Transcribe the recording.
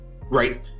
right